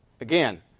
Again